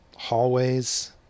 Hallways